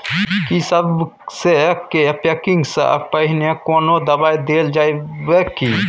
की सबसे के पैकिंग स पहिने कोनो दबाई देल जाव की?